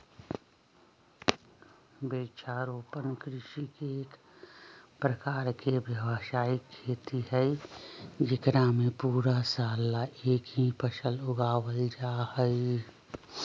वृक्षारोपण कृषि एक प्रकार के व्यावसायिक खेती हई जेकरा में पूरा साल ला एक ही फसल उगावल जाहई